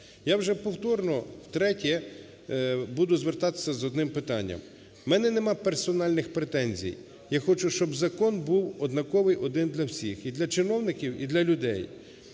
Я вже повторно, втретє, буду звертатися з одним питанням. У мене немає персональних претензій, я хочу, щоб закон був однаковий один для всіх – і для чиновників, і для людей.